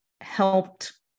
helped